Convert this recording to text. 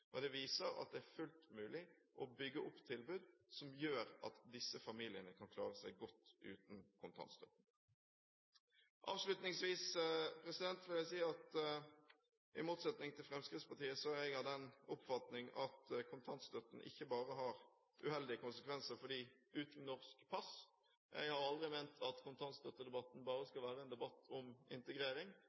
vellykket. Det viser at det er fullt mulig å bygge opp tilbud som gjør at disse familiene kan klare seg godt uten kontantstøtten. Avslutningsvis vil jeg si at i motsetning til Fremskrittspartiet er jeg av den oppfatning at kontantstøtten ikke bare har uheldige konsekvenser for dem uten norsk pass. Jeg har aldri ment at kontantstøttedebatten bare skal være en debatt om integrering,